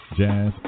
jazz